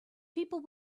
people